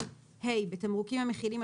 (ה)בתמרוקים המכילים,